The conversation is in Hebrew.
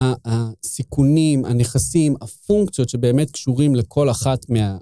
הסיכונים, הנכסים, הפונקציות שבאמת קשורים לכל אחת מה...